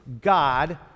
God